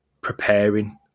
preparing